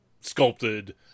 sculpted